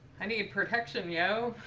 any protection yeah know,